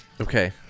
okay